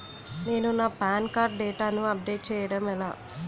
నేను నా PAN card డేటాను అప్లోడ్ చేయడం ఎలా?